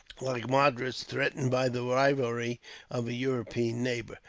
like madras, threatened by the rivalry of a european neighbour.